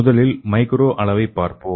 முதலில் மைக்ரோ அளவை பார்ப்போம்